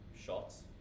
shots